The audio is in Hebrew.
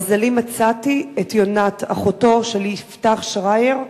למזלי מצאתי את יונת, אחותו של יפתח שרייר,